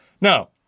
Now